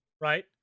right